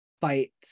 fight